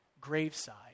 graveside